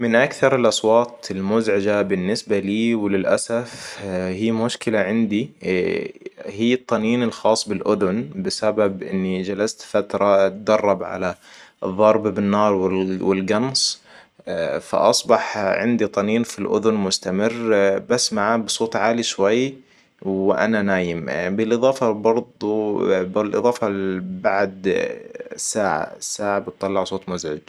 من اكثر الأصوات المزعجه بالنسبه لي وللأسف هي مشكله عندي هي الطنين الخاص بلأذن بسبب إني جلست فتره أتدرب علي الضرب بالنار وال- والقمص فأصبح عندي طنين في الأذن مستمر بسمعه بصوت عالي شوي وانا نايم بالإضافه برضو بالإضافه بعد الساعه - الساعه بتطلع صوت مزعج